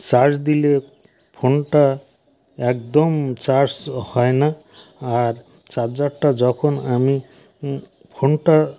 charge দিলে ফোনটা একদম চার্জ হয় না আর চার্জারটা যখন আমি ফোনটা